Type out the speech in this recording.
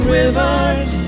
rivers